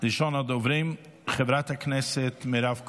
ראשונת הדוברים, חברת הכנסת מירב כהן.